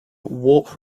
warp